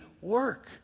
work